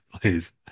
please